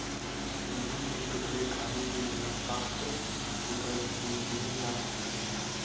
गेहूं के टुकड़े खाने के लिए स्वस्थ विकल्प में गिने जा सकते हैं